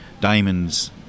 diamonds